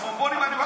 הצפונבונים,